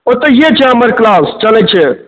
ओतहिए छै हम्मर क्लास चलै छै